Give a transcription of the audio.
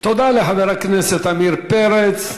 תודה לחבר הכנסת עמיר פרץ.